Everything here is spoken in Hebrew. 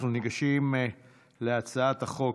אנחנו ניגשים להצעת החוק